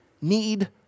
need